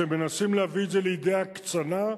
שמנסים להביא את זה לידי הקצנה,